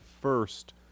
first